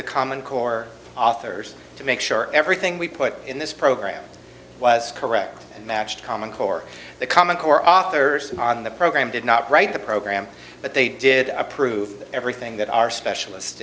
the common core authors to make sure everything we put in this program was correct matched common core the common core authors on the program did not write the program but they did approve everything that our specialist